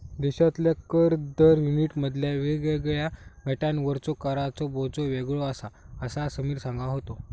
देशातल्या कर दर युनिटमधल्या वेगवेगळ्या गटांवरचो कराचो बोजो वेगळो आसा, असा समीर सांगा होतो